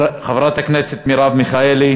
חברת הכנסת מרב מיכאלי,